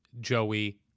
Joey